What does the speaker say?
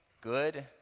good